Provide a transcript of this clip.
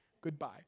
Goodbye